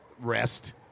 rest